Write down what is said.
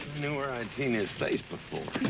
knew where i'd seen his face before.